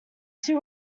two